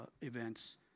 events